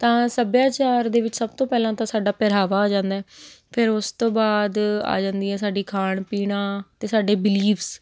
ਤਾਂ ਸੱਭਿਆਚਾਰ ਦੇ ਵਿੱਚ ਸਭ ਤੋਂ ਪਹਿਲਾਂ ਤਾਂ ਸਾਡਾ ਪਹਿਰਾਵਾ ਆ ਜਾਂਦਾ ਫਿਰ ਉਸ ਤੋਂ ਬਾਅਦ ਆ ਜਾਂਦੀ ਆ ਸਾਡੀ ਖਾਣ ਪੀਣਾ ਅਤੇ ਸਾਡੇ ਬਿਲੀਵਸ